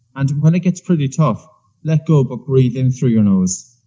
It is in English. and when it gets pretty tough let go, but breath in through your nose.